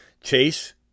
Chase